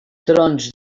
trons